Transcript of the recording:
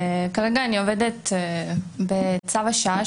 כרגע אני עובדת ב'צו השעה',